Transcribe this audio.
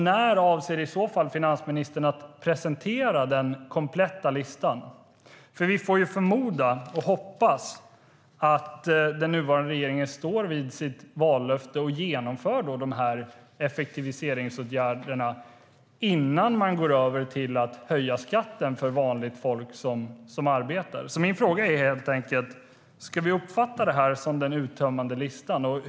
När avser i så fall finansministern att presentera den kompletta listan? Vi får förmoda och hoppas att den nuvarande regeringen står vid sitt vallöfte och genomför effektiviseringsåtgärderna innan man går över till att höja skatten för vanligt folk som arbetar. Min fråga är helt enkelt: Ska vi uppfatta det som den uttömmande listan?